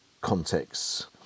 contexts